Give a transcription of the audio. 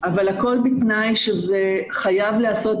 אבל הכול בתנאי שזה חייב להיעשות,